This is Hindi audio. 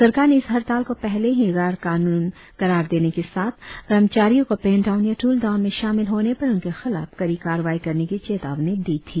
सरकार ने इस हड़ताल को पहले ही गैर कानून करार देने के साथ कर्मचारियों को पेन डाउन या टूल डाउन में शामिल होने पर उनके खिलाफ कड़ी कार्रवाई करने की चेतावनी दी थी